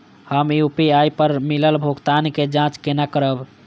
हम यू.पी.आई पर मिलल भुगतान के जाँच केना करब?